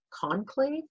conclave